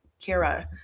Kira